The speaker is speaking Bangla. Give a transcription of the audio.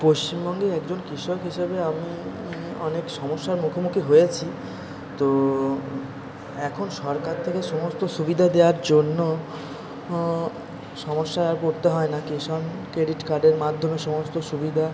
পশ্চিমবঙ্গে একজন কৃষক হিসাবে আমি অনেক সমস্যার মুখোমুখি হয়েছি তো এখন সরকার থেকে সমস্ত সুবিধা দেয়ার জন্য সমস্যায় আর পড়তে হয় না কৃষাণ ক্রেডিট কার্ডের মাধ্যমে সমস্ত সুবিধা